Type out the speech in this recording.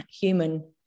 human